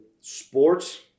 sports